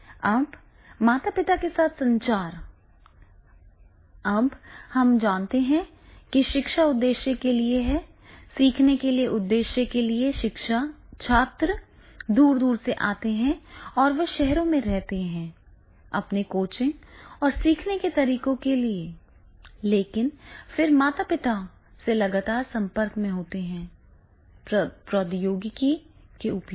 अब माता पिता के साथ संचार अब हम जानते हैं कि शिक्षा उद्देश्य के लिए है सीखने के उद्देश्य के लिए छात्र दूर दूर से आते हैं और वे शहरों में रह रहे हैं अपने कोचिंग और सीखने के तरीकों के लिए लेकिन फिर माता पिता लगातार संपर्क में हैं प्रौद्योगिकी का उपयोग